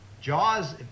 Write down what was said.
Jaws